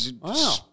Wow